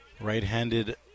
Right-handed